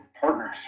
partners